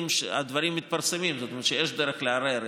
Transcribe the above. הדברים מתפרסמים, זאת אומרת שיש דרך לערער.